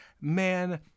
man